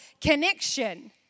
connection